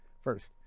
First